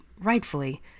rightfully